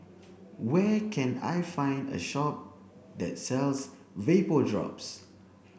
where can I find a shop that sells Vapodrops